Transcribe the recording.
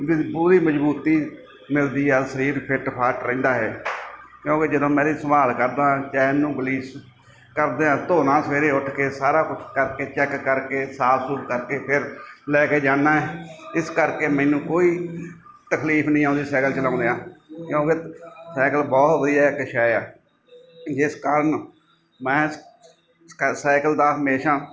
ਵੀ ਮਜਬੂਤੀ ਮਿਲਦੀ ਹੈ ਸਰੀਰ ਫਿਟ ਫਾਟ ਰਹਿੰਦਾ ਹੈ ਕਿਉਂਕਿ ਜਦੋਂ ਮੈਂ ਇਹਦੀ ਸੰਭਾਲ ਕਰਦਾ ਆ ਚੈਨ ਨੂੰ ਗਰੀਸ ਕਰਦਿਆਂ ਧੋਨਾ ਸਵੇਰੇ ਉੱਠ ਕੇ ਸਾਰਾ ਕੁਝ ਕਰਕੇ ਚੈੱਕ ਕਰਕੇ ਸਾਫ ਸੂਫ ਕਰਕੇ ਫਿਰ ਲੈ ਕੇ ਜਾਨਾ ਇਸ ਕਰਕੇ ਮੈਨੂੰ ਕੋਈ ਤਕਲੀਫ ਨਹੀਂ ਆਉਂਦੀ ਸਾਈਕਲ ਚਲਾਉਂਦਿਆਂ ਕਿਉਂਕਿ ਸਾਈਕਲ ਬਹੁਤ ਵਧੀਆ ਇੱਕ ਸ਼ੈ ਆ ਜਿਸ ਕਾਰਨ ਮੈਂ ਸਾਈਕਲ ਦੀ ਹਮੇਸ਼ਾ